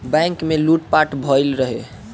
bank में लूट पाट भईल रहे